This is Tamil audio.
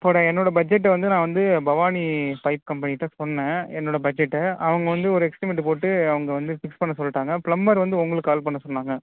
என்னோடய பஜ்ஜெட்டை வந்து நான் வந்து பவானி பைப் கம்பெனிகிட்ட சொன்னேன் என்னோடய பஜ்ஜட்டை அவங்க வந்து ஒரு எஸ்டிமேட்டை போட்டு அவங்க வந்து ஃபிக்ஸ் பண்ண சொல்லிட்டாங்க ப்லம்பர் வந்து உங்களுக்கு கால் பண்ண சொன்னாங்க